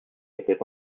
était